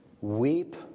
Weep